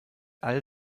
all